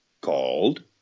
called